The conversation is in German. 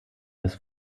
des